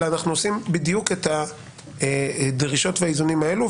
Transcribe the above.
אלא אנחנו עושים בדיוק את הדרישות והאיזונים האלו,